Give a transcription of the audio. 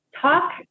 talk